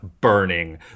burning